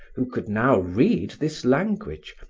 who could now read this language,